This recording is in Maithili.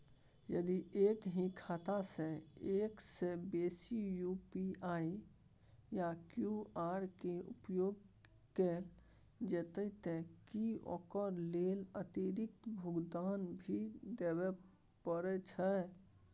यदि एक ही खाता सं एक से बेसी यु.पी.आई या क्यू.आर के उपयोग कैल जेतै त की ओकर लेल अतिरिक्त भुगतान भी देबै परै छै?